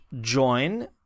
join